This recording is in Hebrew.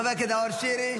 חבר הכנסת נאור שירי,